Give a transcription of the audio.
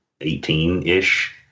18-ish